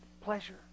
pleasure